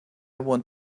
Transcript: want